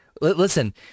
listen